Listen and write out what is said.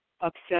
upset